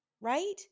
Right